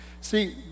see